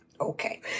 Okay